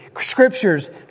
Scriptures